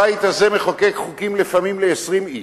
הבית הזה מחוקק לפעמים חוקים ל-20 איש,